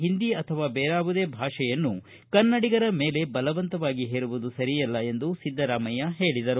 ಹಿಂದಿ ಅಥವಾ ಬೇರಾವುದೇ ಭಾಷೆಯನ್ನು ಕನ್ನಡಿಗರ ಮೇಲೆ ಬಲವಂತವಾಗಿ ಹೇರುವುದು ಸರಿಯಲ್ಲ ಎಂದು ಸಿದ್ದರಾಮಯ್ಯ ಹೇಳಿದರು